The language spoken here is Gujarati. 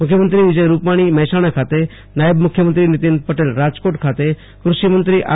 મુખ્યમંત્રી વિજય રૂપાણી મહેસાણા ખાતે નાયબ મુખ્યમંત્રી નીતિન પટેલ રાજકોટ ખાતે કૃષિમંત્રી આર